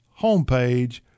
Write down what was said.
homepage